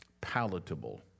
palatable